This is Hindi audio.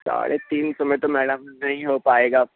साढ़े तीन सौ में तो मैडम नहीं हो पाएगा